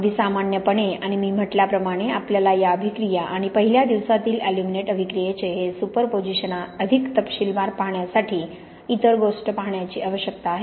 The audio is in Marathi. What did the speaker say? अगदी सामान्यपणे आणि मी म्हटल्याप्रमाणे आपल्याला या अभिक्रिया आणि पहिल्या दिवसातील अल्युमिनेट अभिक्रियेचे हे सुपरपोझिशन अधिक तपशीलवार पाहण्यासाठी इतर गोष्टी पाहण्याची आवश्यकता आहे